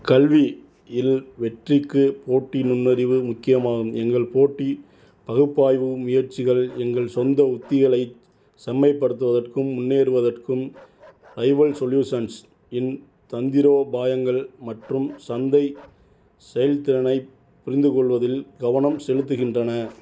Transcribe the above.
கல்வி இல் வெற்றிக்கு போட்டி நுண்ணறிவு முக்கியமாகும் எங்கள் போட்டி பகுப்பாய்வு முயற்சிகள் எங்கள் சொந்த உத்திகளை செம்மைப்படுத்துவதற்கும் முன்னேறுவதற்கும் ரைவல் சொல்யூஷன்ஸ் இன் தந்திரோபாயங்கள் மற்றும் சந்தை செயல்திறனை புரிந்துக் கொள்வதில் கவனம் செலுத்துகின்றன